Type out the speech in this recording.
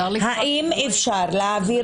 האם אפשר להעביר